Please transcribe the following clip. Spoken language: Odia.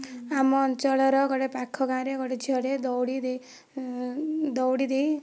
ଆମ ଅଞ୍ଚଳର ଗୋଟିଏ ପାଖ ଗାଁରେ ଗୋଟିଏ ଝିଅ ଟିଏ ଦଉଡ଼ି ଦେଇ ଦଉଡ଼ି ଦେଇ